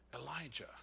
Elijah